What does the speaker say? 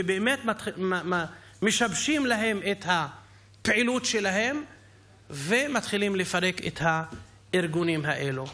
באמת משבשים להם את הפעילות שלהם ומתחילים לפרק את הארגונים האלה.